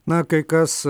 na kai kas